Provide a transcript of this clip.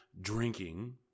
drinking